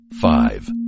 five